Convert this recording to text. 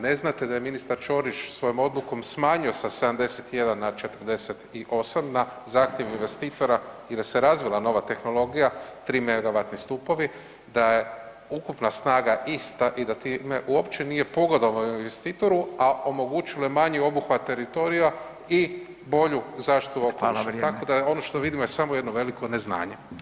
Ne znate da je ministar Ćorić svojom odlukom smanjio sa 71 na 48 na zahtjev investitora i da se razvila nova tehnologija 3 MW stupovi, da je ukupna snaga ista i da time uopće nije pogodovao investitoru, a omogućilo je manji obuhvat teritorija i bolju zaštitu okoliša [[Upadica: Hvala, vrijeme.]] tako da je ono što vidimo je samo jedno veliko neznanje.